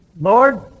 Lord